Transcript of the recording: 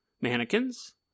mannequins